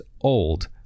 old